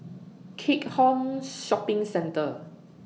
Keat Hong Shopping Centre